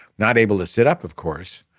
not able to sit up of course,